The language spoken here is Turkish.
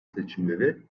seçimleri